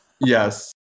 yes